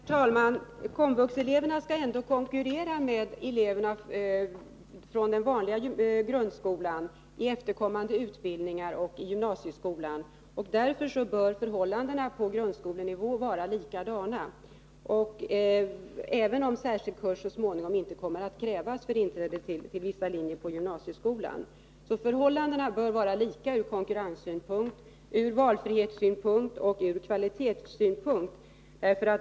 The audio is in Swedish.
Herr talman! KOMVUX-eleverna skall ändå konkurrera med eleverna från den vanliga grundskolan i efterkommande utbildningar och i gymnasieskolan, och därför bör förhållandena på grundskolenivå vara likadana, även om särskild kurs så småningom inte kommer att krävas för tillträde till vissa linjer på gymnasieskolan. Förhållandena bör vara lika ur konkurrenssynpunkt, ur valfrihetssynpunkt och ur kvalitetssynpunkt.